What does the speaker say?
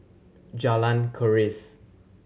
Jalan Keris